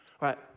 right